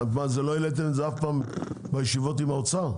לא העליתם את זה אף פעם בישיבות עם האוצר?